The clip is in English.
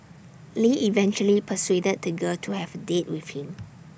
lee eventually persuaded the girl to have A date with him